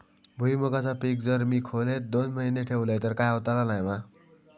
भुईमूगाचा पीक जर मी खोलेत दोन महिने ठेवलंय तर काय होतला नाय ना?